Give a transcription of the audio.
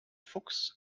fuchs